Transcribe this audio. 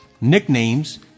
nicknames